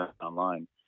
online